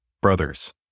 brothers